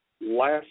last